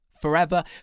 forever